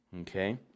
Okay